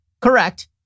Correct